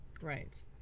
right